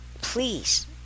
please